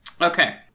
Okay